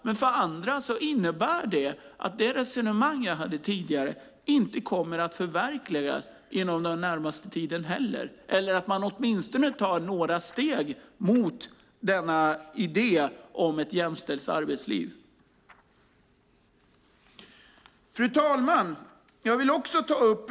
Men för andra innebär detta att det jag uttryckt i mitt resonemang tidigare inte kommer att förverkligas inom den närmaste tiden heller och inte att man åtminstone tar några steg i riktning mot idén om ett jämställt arbetsliv. Fru talman!